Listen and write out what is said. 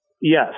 Yes